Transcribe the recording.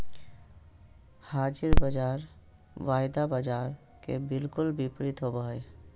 हाज़िर बाज़ार वायदा बाजार के बिलकुल विपरीत होबो हइ